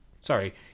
Sorry